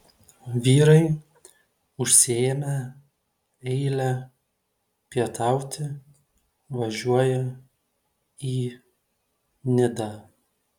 vyrai užsiėmę eilę pietauti važiuoja į nidą